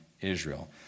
Israel